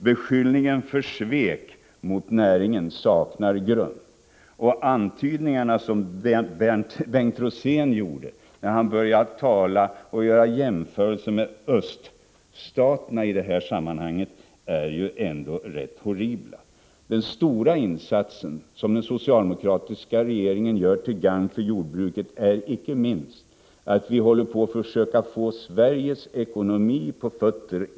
Beskyllningen för svek mot näringen saknar grund. Och de antydningar som Bengt Rosén gjorde, när han började göra jämförelser med öststaterna i det här sammanhanget, är ju ändå rätt horribla. En stor insats som den socialdemokratiska regeringen gör till gagn för jordbruket är icke minst att vi försöker få Sveriges ekonomi på fötter.